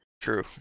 True